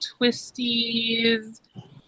twisties